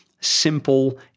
simple